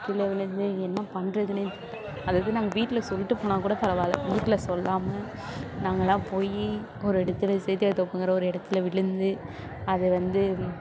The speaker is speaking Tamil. கீழே விழுந்து என்ன பண்ணுறதுன்னே அதாவது நாங்கள் வீட்டில் சொல்லிட்டு போனால் கூட பரவாயில்லை வீட்டில் சொல்லாமல் நாங்களாக போய் ஒரு இடத்துல சேத்தியாத்தோப்புங்கிற ஒரு இடத்துல விழுந்து அது வந்து